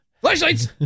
Flashlights